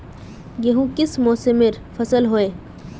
गेहूँ किस मौसमेर फसल होय?